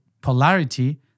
polarity